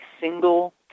single